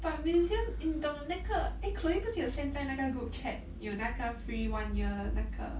but museum eh 你懂那个 eh chloe 不是有 send 在那个 group chat 有那个 free one year 那个